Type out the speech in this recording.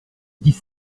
dix